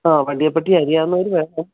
ആ വണ്ടിയെ പറ്റി അറിയാവുന്നവർ വേണം